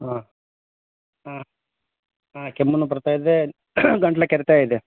ಹಾಂ ಹ್ಞೂ ಹ್ಞೂ ಕೆಮ್ಮುನೂ ಬರ್ತಾ ಇದೆ ಗಂಟ್ಲು ಕೆರೆತ ಇದೆ